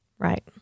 Right